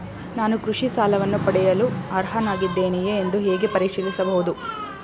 ನಾನು ಕೃಷಿ ಸಾಲವನ್ನು ಪಡೆಯಲು ಅರ್ಹನಾಗಿದ್ದೇನೆಯೇ ಎಂದು ಹೇಗೆ ಪರಿಶೀಲಿಸಬಹುದು?